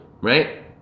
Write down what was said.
right